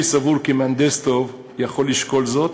אני סבור כי מהנדס טוב יכול לשקול זאת,